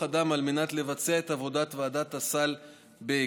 אדם על מנת לבצע את עבודת ועדת הסל בהקדם.